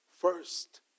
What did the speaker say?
first